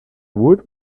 woot